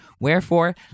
Wherefore